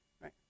right